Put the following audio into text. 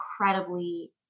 incredibly